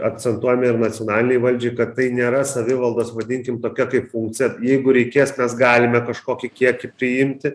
akcentuojame ir nacionalinei valdžiai kad tai nėra savivaldos vadinkim tokia kaip funkcija jeigu reikės mes galime kažkokį kiekį priimti